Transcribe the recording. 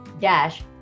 dash